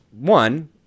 one